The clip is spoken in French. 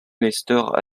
nestor